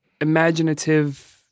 imaginative